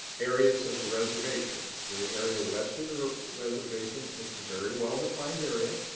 areas of the reservation. the the area west of the reservation, it's a very well-defined area.